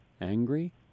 angry